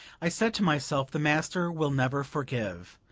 i said to myself, the master will never forgive.